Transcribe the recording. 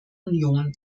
union